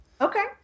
Okay